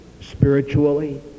spiritually